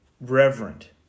reverent